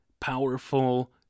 powerful